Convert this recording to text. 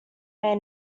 may